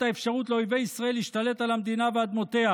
האפשרות לאויבי ישראל להשתלט על המדינה ואדמותיה,